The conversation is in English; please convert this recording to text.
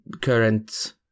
current